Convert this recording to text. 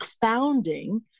founding